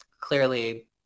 clearly